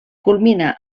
culmina